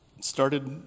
started